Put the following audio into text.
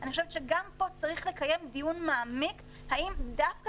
אני חושבת שגם פה צריך לקיים דיון מעמיק אם דווקא